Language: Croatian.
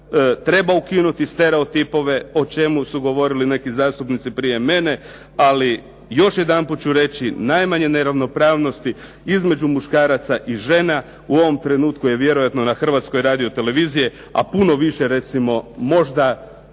treba ukinuti stereotipove o čemu su govorili neki zastupnici prije mene ali još jedanput ću reći najmanje neravnopravnosti između muškaraca i žena u ovom trenutku je vjerojatno na Hrvatskoj radio televiziji, a puno više možda